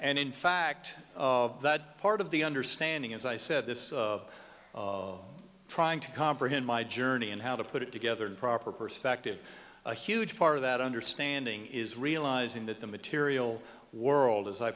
and in fact that part of the understanding as i said this trying to comprehend my journey and how to put it together in proper perspective a huge part of that understanding is realizing that the material world as i